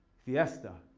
fiesta